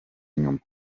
inyuma